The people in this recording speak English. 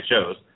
shows